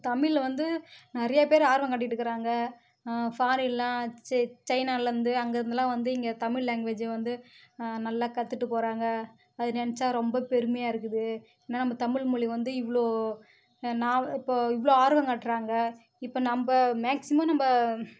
தமிழ் வந்து நிறையா பேர் ஆர்வம் காட்டிகிட்டு இருக்கிறாங்க ஃபாரினெலாம் சரி சைனாவில் இருந்து அங்கே இருந்தெலாம் வந்து இங்கே தமிழ் லேங்குவேஜ்ஜி வந்து நல்லா கற்றுட்டு போகிறாங்க அது நினைச்சா ரொம்ப பெருமையாக இருக்குது ஏன்னால் நம்ம தமிழ்மொழி வந்து இவ்வளோ நான் இப்போது இவ்வளோ ஆர்வம் காட்டுறாங்க இப்போ நம்ம மேக்சிமம் நம்ம